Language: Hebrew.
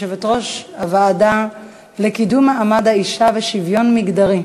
יושבת-ראש הוועדה לקידום מעמד האישה ולשוויון מגדרי.